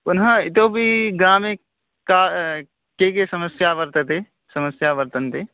पुनः इतोऽपि ग्रामे का का का समस्या वर्तते समस्याः वर्तन्ते